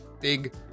big